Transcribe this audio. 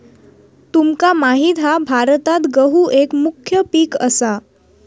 तुमका माहित हा भारतात गहु एक मुख्य पीक असा